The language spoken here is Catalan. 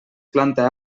planta